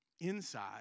inside